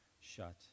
shut